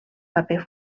paper